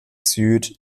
süd